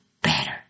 better